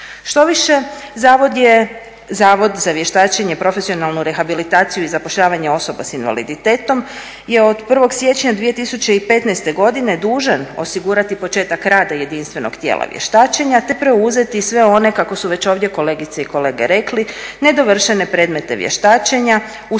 Štoviše, Zavod za vještačenje, profesionalnu rehabilitaciju i zapošljavanje osoba s invaliditetom je od 1. siječnja 2015. godine dužan osigurati početak rada jedinstvenog tijela vještačenja te preuzeti sve one kako su već ovdje kolegice i kolege rekli, nedovršene predmete vještačenja